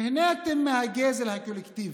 נהניתם מהגזל הקולקטיבי.